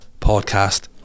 podcast